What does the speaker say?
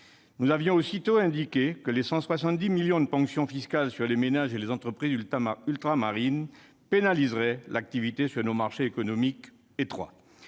Nous avions aussitôt indiqué que les 170 millions d'euros de ponctions fiscales sur les ménages et les entreprises ultramarines pénaliseraient l'activité sur nos marchés économiques étroits.